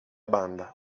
banda